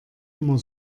immer